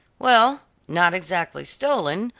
well, not exactly stolen,